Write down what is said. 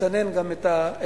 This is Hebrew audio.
לצנן גם מחירים.